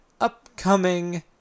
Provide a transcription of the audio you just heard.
upcoming